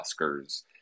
Oscars